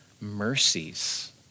mercies